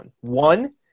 one